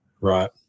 Right